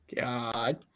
God